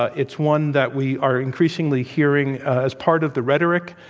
ah it's one that we are increasingly hearing as part of the rhetoric.